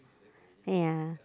yeah